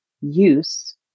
use